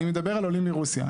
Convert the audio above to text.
אני מדבר על עולים מרוסיה.